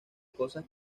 cosas